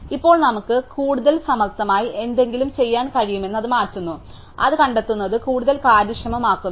ഇപ്പോൾ നമുക്ക് കൂടുതൽ സമർത്ഥമായി എന്തെങ്കിലും ചെയ്യാൻ കഴിയുമെന്ന് അത് മാറുന്നു അത് കണ്ടെത്തുന്നത് കൂടുതൽ കാര്യക്ഷമമാക്കുന്നു